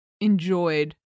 enjoyed